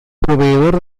proveedor